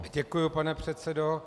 Děkuji, pane předsedo.